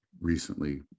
recently